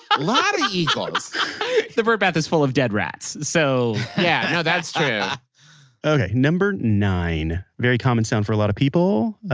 a lot of eagles the birdbath is full of dead rats, so. yeah. no. that's true okay. number nine. a very common sound for a lot of people.